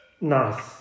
Nice